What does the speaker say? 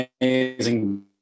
amazing